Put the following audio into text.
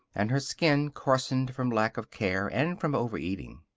and her skin coarsened from lack of care and from overeating.